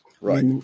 right